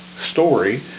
Story